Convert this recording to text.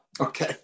Okay